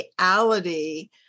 reality